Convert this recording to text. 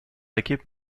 équipes